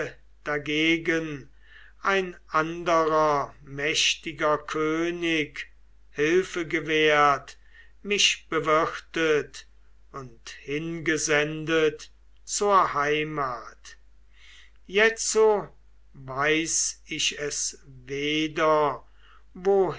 dagegen ein anderer mächtiger könig hilfe gewährt mich bewirtet und hingesendet zur heimat jetzo weiß ich es weder wo